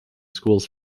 schools